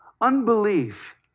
Unbelief